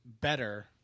better